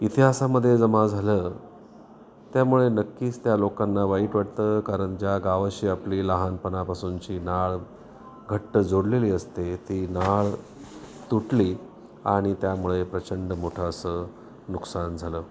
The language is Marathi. इतिहासामध्ये जमा झालं त्यामुळे नक्कीच त्या लोकांना वाईट वाटतं कारण ज्या गावाशी आपली लहानपणापासूनची नाळ घट्ट जोडलेली असते ती नाळ तुटली आणि त्यामुळे प्रचंड मोठं असं नुकसान झालं